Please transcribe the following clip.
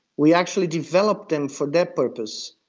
we actually developed them for that purpose.